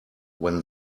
when